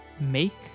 make